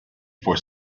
for